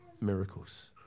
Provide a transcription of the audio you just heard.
miracles